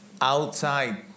outside